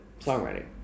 songwriting